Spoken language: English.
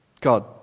God